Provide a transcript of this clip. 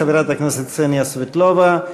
חברת הכנסת קסניה סבטלובה.